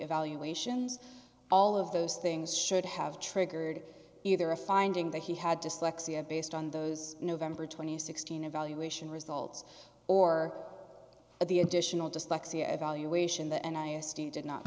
evaluations all of those things should have triggered either a finding that he had dyslexia based on those november th sixteen evaluation results or the additional dyslexia evaluation that and i